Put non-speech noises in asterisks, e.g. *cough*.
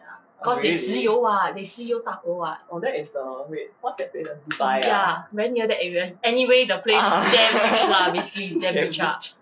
oh really oh that is the wait what's that place ah dubai ah ah *laughs* damn rich